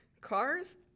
Cars